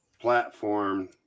platform